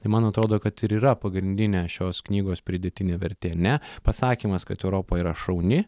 tai man atrodo kad ir yra pagrindinė šios knygos pridėtinė vertė ne pasakymas kad europa yra šauni